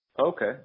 Okay